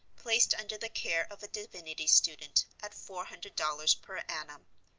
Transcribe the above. placed under the care of a divinity student, at four hundred dollars per annum.